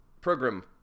program